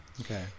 Okay